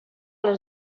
les